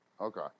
Okay